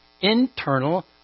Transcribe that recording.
internal